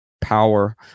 power